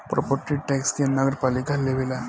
property tax के नगरपालिका लेवेला